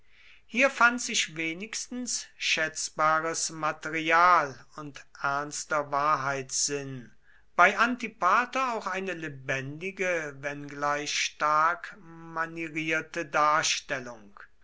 hier fand sich wenigstens schätzbares material und ernster wahrheitssinn bei antipater auch eine lebendige wenngleich stark manierierte darstellung